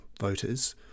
voters